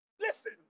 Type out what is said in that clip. Listen